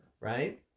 Right